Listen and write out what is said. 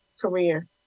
career